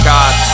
God